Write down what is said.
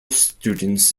students